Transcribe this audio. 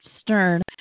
Stern